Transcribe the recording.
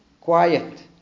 quiet